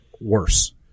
worse